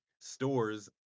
stores